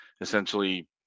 essentially